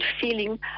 feeling